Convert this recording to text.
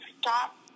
stop